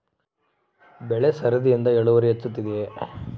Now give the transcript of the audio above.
ಬೆಳೆ ಸರದಿಯಿಂದ ಇಳುವರಿ ಹೆಚ್ಚುತ್ತದೆಯೇ?